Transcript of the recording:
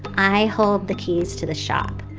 i hold the keys to the shop.